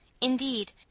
Indeed